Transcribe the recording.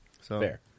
Fair